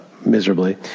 miserably